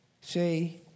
Say